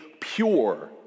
pure